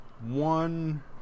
one